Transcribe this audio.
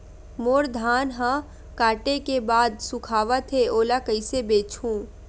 मोर धान ह काटे के बाद सुखावत हे ओला कइसे बेचहु?